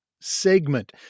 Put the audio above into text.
segment